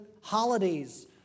holidays